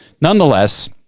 Nonetheless